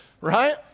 right